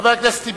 חבר הכנסת טיבייב,